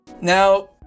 Now